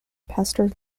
pastor